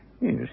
Yes